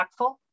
impactful